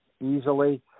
easily